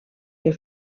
que